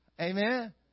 Amen